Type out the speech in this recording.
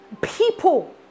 People